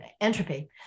entropy